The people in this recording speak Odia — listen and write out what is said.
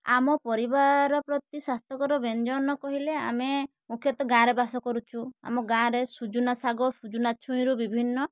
ଆମ ପରିବାର ପ୍ରତି ସ୍ୱାସ୍ଥ୍ୟକର ବ୍ୟଞ୍ଜନ କହିଲେ ଆମେ ମୁଖ୍ୟତଃ ଗାଁରେ ବାସ କରୁଛୁ ଆମ ଗାଁରେ ସଜନା ଶାଗ ସଜନା ଛୁଇଁରୁ ବିଭିନ୍ନ